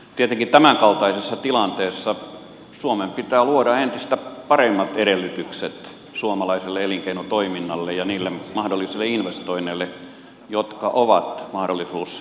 tietenkin tämänkaltaisessa tilanteessa suomen pitää luoda entistä paremmat edellytykset suomalaiselle elinkeinotoiminnalle ja niille mahdollisille investoinneille joilla on mahdollisuus toteutua